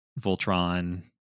voltron